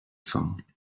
song